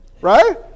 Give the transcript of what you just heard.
right